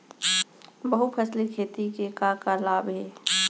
बहुफसली खेती के का का लाभ हे?